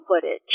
footage